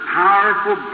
powerful